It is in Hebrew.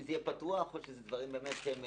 זה יהיה פתוח או שאלה באמת דברים מסווגים.